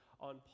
on